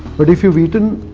but if you've eaten.